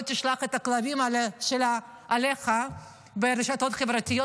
תשלח את הכלבים שלה עליך ברשתות חברתיות,